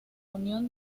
unión